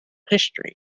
history